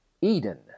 Eden